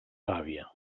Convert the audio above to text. gàbia